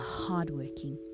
hardworking